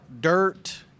dirt